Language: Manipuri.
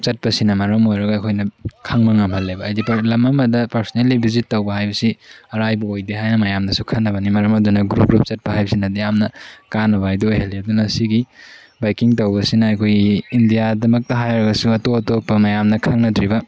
ꯆꯠꯄꯁꯤꯅ ꯃꯔꯝ ꯑꯣꯏꯔꯒ ꯑꯩꯈꯣꯏꯅ ꯈꯪꯕ ꯉꯝꯍꯜꯂꯦꯕ ꯍꯥꯏꯕꯗꯤ ꯂꯝ ꯑꯃꯗ ꯄꯔꯁꯅꯦꯜꯂꯤ ꯚꯤꯖꯤꯠ ꯇꯧꯕ ꯍꯥꯏꯕꯁꯤ ꯑꯔꯥꯏꯕ ꯑꯣꯏꯗꯦ ꯍꯥꯏꯅ ꯃꯌꯥꯝꯗꯁꯨ ꯈꯟꯅꯕꯅꯤ ꯃꯔꯝ ꯑꯗꯨꯅ ꯒ꯭ꯔꯨꯞ ꯒ꯭ꯔꯨꯞ ꯆꯠꯄ ꯍꯥꯏꯕꯁꯤꯅꯗꯤ ꯌꯥꯝꯅ ꯀꯥꯟꯅꯕ ꯍꯥꯏꯕꯗꯣ ꯑꯣꯏꯍꯜꯂꯤ ꯑꯗꯨꯅ ꯁꯤꯒꯤ ꯕꯥꯏꯛꯀꯤꯡ ꯇꯧꯕꯁꯤꯅ ꯑꯩꯈꯣꯏꯒꯤ ꯏꯟꯗꯤꯌꯥꯗꯃꯛꯇ ꯍꯥꯏꯔꯒꯁꯨ ꯑꯇꯣꯞ ꯑꯇꯣꯞꯄ ꯃꯌꯥꯝꯅ ꯈꯪꯅꯗ꯭ꯔꯤꯕ